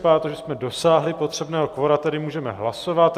Vypadá to, že jsme dosáhli potřebného kvora, tedy můžeme hlasovat.